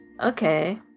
Okay